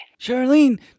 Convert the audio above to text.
Charlene